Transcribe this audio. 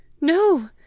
No